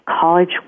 college